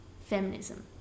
feminism